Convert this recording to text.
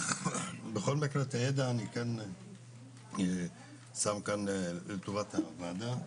בכל מקרה, את הידע אני כן שם כאן לפי ההבנה.